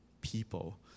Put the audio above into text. people